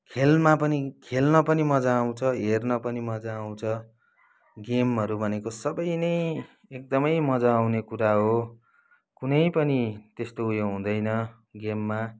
खेलमा पनि खेल्न पनि मजा आउँछ हेर्न पनि मजा आउँछ गेमहरू भनेको सबै नै एकदमै मजा आउने कुरा हो कुनै पनि त्यस्तो उयो हुँदैन गेममा